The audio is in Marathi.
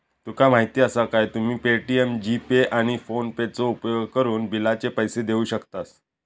तुका माहीती आसा काय, तुम्ही पे.टी.एम, जी.पे, आणि फोनेपेचो उपयोगकरून बिलाचे पैसे देऊ शकतास